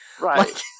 Right